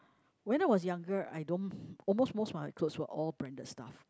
when I was younger I don't almost most of my clothes were all branded stuff